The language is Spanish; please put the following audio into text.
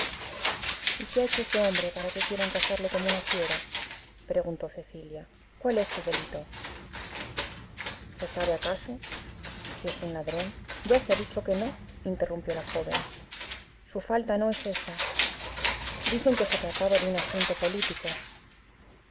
y qué ha hecho ese hombre para que quieran cazarle como a una fiera preguntó cecilia cuál es su delito se sabe acaso si es un ladrón ya se ha dicho que no interrumpió la joven su falta no es esa dicen que se trataba de un asunto político